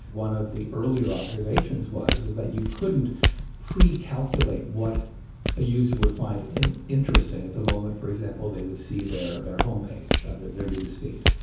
one of the earlier observations was is that you couldn't pre calculate what a user would find interesting at the moment. for example, they would see their their homepage, rather their newsfeed.